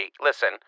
listen